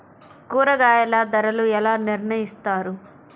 కూరగాయల ధరలు ఎలా నిర్ణయిస్తారు?